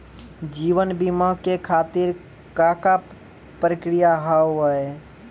जीवन बीमा के खातिर का का प्रक्रिया हाव हाय?